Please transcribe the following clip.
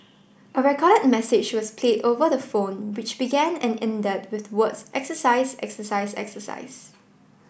a recorded message was played over the phone which began and ended with the words exercise exercise exercise